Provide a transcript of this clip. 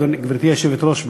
גברתי היושבת-ראש,